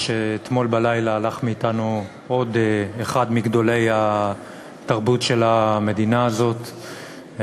אתמול בלילה הלך מאתנו עוד אחד מגדולי התרבות של המדינה הזאת,